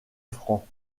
francs